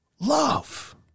love